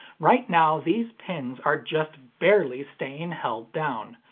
right now, these pins are just barely staying held down.